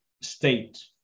state